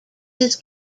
his